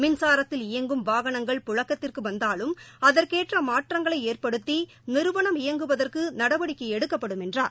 மின்சாரத்தில் இயங்கும் வாகனங்கள் புழக்கத்திற்கு வந்தாலும் அதற்கேற்ற மாற்றங்களை ஏற்படுத்தி நிறுவனம் இயங்குவதற்கு நடவடிக்கை எடுக்கப்படும் என்றார்